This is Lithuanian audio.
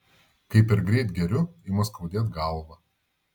kai per greit geriu ima skaudėt galvą